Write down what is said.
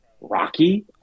Rocky